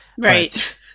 Right